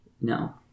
No